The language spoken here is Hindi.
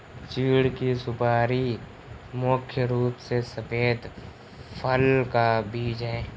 चीढ़ की सुपारी मुख्य रूप से सफेद फल का बीज है